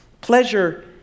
Pleasure